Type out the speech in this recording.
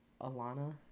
Alana